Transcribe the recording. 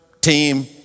team